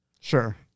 Sure